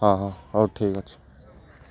ହଁ ହଁ ହଉ ଠିକ୍ ଅଛି